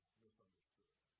misunderstood